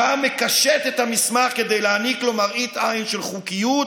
שמם מקשט את המסמך כדי להעניק לו מראית עין של חוקיות,